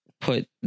put